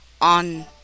on